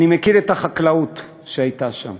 אני מכיר את החקלאות שהייתה שם.